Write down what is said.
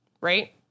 right